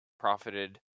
profited